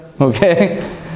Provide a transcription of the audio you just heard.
Okay